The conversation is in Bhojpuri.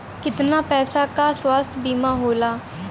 कितना पैसे का स्वास्थ्य बीमा होला?